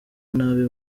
nabi